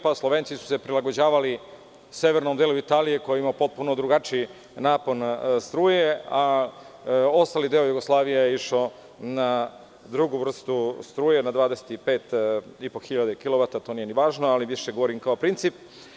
Pa su se Slovenci prilagođavalisevernom delu Italije koji ima potpuno drugačiji napon struje, a ostali deo Jugoslavije išao na drugu vrstu struje, na 25 i po kilovata, ali to nije ni važno, više govorim kao princip.